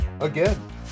Again